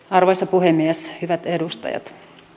arvoisa puhemies hyvät edustajat